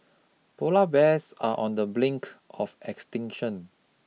polar bears are on the blink of extinction